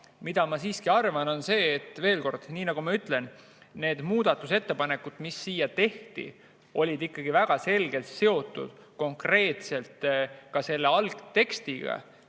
mida ma arvan, on see, veel kord, nii nagu ma ütlesin, need muudatusettepanekud, mis tehti, on ikkagi väga selgelt seotud konkreetselt selle algtekstiga.